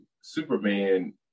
Superman